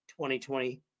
2020